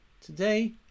today